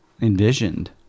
envisioned